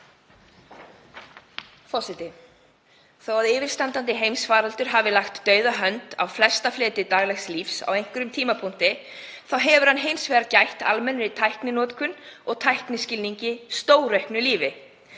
Forseti. Þó að yfirstandandi heimsfaraldur hafi lagt dauða hönd á flesta fleti daglegs lífs á einhverjum tímapunkti hefur hann hins vegar gætt almenna tækninotkun og tækniskilning stórauknu lífi.